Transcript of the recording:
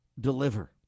deliver